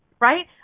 Right